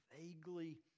vaguely